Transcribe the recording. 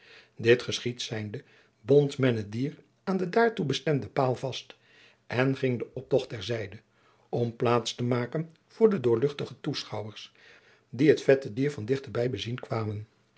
dit geschied zijnde bond men het dier aan den daartoe bestemden paal vast en ging de optocht ter zijde om plaats te maken voor de doorluchtige toeschouwers die het vette dier van dichte bij bezien kwamen